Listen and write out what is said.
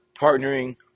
partnering